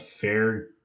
fair